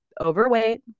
overweight